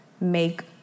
make